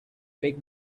big